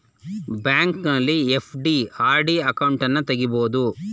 ಬ್ಯಾಂಕಲ್ಲಿ FD, RD ಅಕೌಂಟನ್ನು ತಗಿಬೋದು